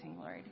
Lord